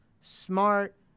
Smart